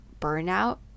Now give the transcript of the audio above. burnout